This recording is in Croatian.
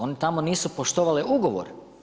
One tamo nisu poštovale ugovor.